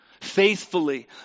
faithfully